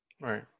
Right